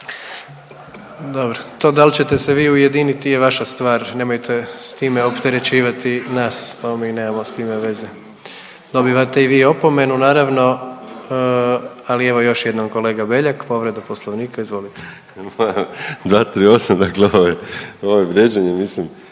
Dobro, to da li ćete se vi ujediniti je vaša stvar, nemojte s time opterećivati nas, to mi nemamo s time veze. Dobivate i vi opomenu naravno. Ali evo još jednom kolega Beljak povreda Poslovnika, izvolite. **Beljak, Krešo (HSS)** 238. dakle ovo je vrijeđanje, mislim